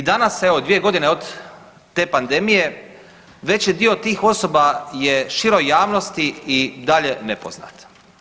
I danas evo dvije godine od te pandemije veći dio tih osoba je široj javnosti i dalje nepoznat.